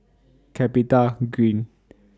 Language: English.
Capitagreen